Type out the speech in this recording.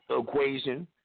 equation